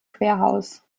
querhaus